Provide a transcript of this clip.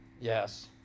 yes